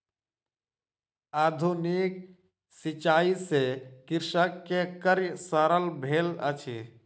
आधुनिक सिचाई से कृषक के कार्य सरल भेल अछि